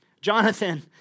Jonathan